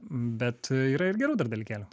bet yra ir gerų dar dalykėlių